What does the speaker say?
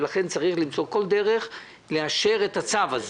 ולכן צריך למצוא כל דרך לאשר את הצו הזה.